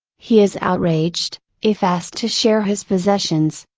he is outraged, if asked to share his possessions,